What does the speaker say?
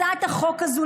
הצעת החוק הזו,